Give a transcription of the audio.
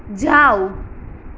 જાવ